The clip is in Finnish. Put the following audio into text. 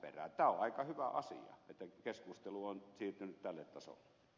tämä on aika hyvä asia että keskustelu on siirtynyt tälle tasolle